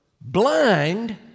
blind